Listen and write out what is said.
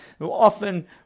often